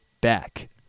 back